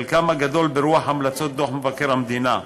חלקם הגדול ברוח המלצות דוח מבקר המדינה,